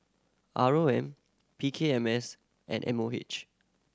R O M P K M S and M O H